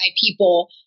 people